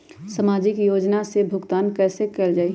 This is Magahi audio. सामाजिक योजना से भुगतान कैसे कयल जाई?